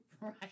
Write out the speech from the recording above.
Right